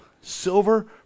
silver